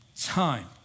Time